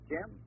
Jim